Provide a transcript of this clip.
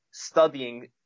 studying